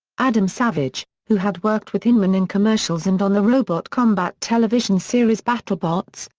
adam savage, who had worked with hyneman in commercials and on the robot combat television series battlebots,